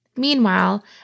Meanwhile